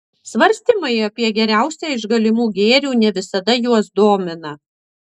svarstymai apie geriausią iš galimų gėrių ne visada juos domina